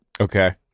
Okay